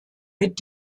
mit